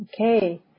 Okay